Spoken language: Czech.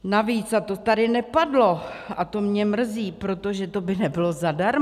Navíc, a to tady nepadlo a to mě mrzí, protože to by nebylo zadarmo.